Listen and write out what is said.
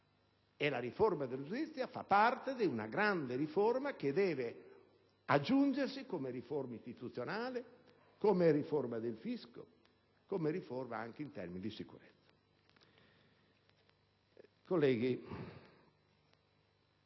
a sua volta, fa parte di una grande riforma, che deve aggiungersi come riforma istituzionale, come riforma del fisco e come riforma in termini di sicurezza. Colleghi,